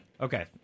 Okay